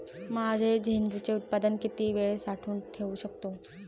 माझे झेंडूचे उत्पादन किती वेळ साठवून ठेवू शकतो?